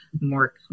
more